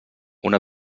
una